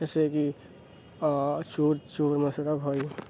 جیسے کہ شور چور موسیرا بھائی